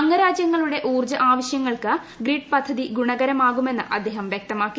അംഗരാജ്യങ്ങളുടെ ഊർജ്ജ ആവശ്യങ്ങൾക്ക് ഗ്രിഡ് പദ്ധതി ഗുണകരമാകുമെന്ന് അദ്ദേഹം വ്യക്തമാക്കി